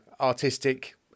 artistic